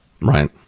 Right